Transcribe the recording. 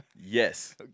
Yes